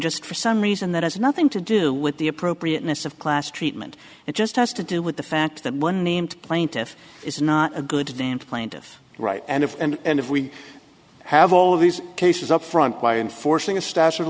just for some reason that has nothing to do with the appropriateness of class treatment it just has to do with the fact that one named plaintiff is not a good today and plaintiff right and if and if we have all of these cases up front why enforcing a sta